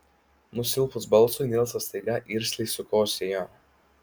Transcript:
nusilpus balsui nilsas staiga irzliai sukosėjo